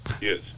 Yes